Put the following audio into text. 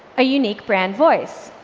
a unique brand voice.